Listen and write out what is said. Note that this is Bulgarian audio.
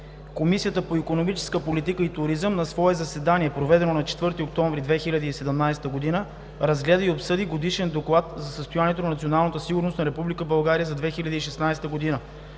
Комисията по икономическа политика и туризъм на свое заседание, проведено на 4 октомври 2017 г., разгледа и обсъди Годишния доклад за състоянието на националната сигурност на Република България за 2016 г.